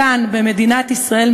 כאן במדינת ישראל,